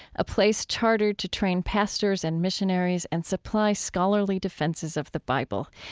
a place chartered to train pastors and missionaries and supply scholarly defenses of the bible.